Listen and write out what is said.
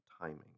timing